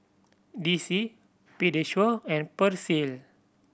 D C Pediasure and Persil